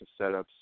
setups